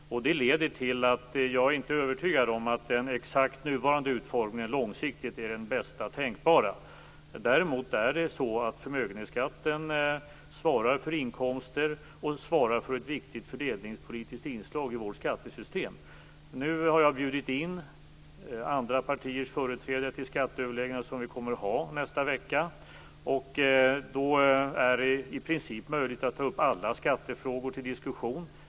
Detta innebär att jag inte är övertygad om att den nuvarande utformningen långsiktigt är den bästa tänkbara. Däremot är det så att förmögenhetsskatten ger inkomster och utgör ett viktigt fördelningspolitiskt inslag i vårt skattesystem. Jag har bjudit in andra partiers företrädare till skatteöverläggningar nästa vecka, och det kommer då att vara i princip möjligt att ta upp alla skattefrågor till diskussion.